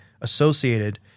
associated